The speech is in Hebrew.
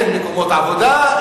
אין מקומות עבודה,